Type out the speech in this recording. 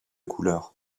couleur